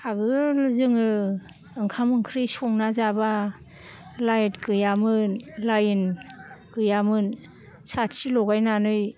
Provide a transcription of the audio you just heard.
आगोल जोङो ओंखाम ओंख्रि संना जाब्ला लाइथ गैयामोन लाइन गैयामोन साथि लगायनानै